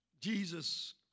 Jesus